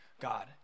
God